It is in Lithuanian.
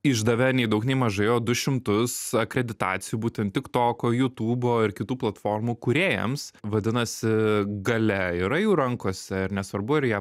išdavė nei daug nei mažai o du šimtus akreditacijų būtent tiktoko jutūbo ir kitų platformų kūrėjams vadinasi galia yra jų rankose ir nesvarbu ar jie